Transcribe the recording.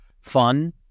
fun